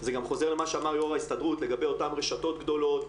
זה גם חוזר על מה שאמר יו"ר ההסתדרות לגבי אותן רשתות גדולות,